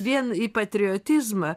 vien į patriotizmą